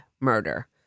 murder